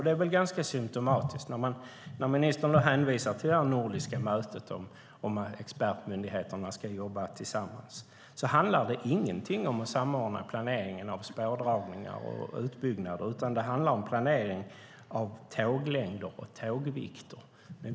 Det är symtomatiskt att när ministern hänvisar till det nordiska mötet i frågan om att expertmyndigheterna ska jobba tillsammans handlar det inte om att samordna planeringen av spårdragningar och utbyggnader utan det handlar om planering av tåglängder och tågvikter.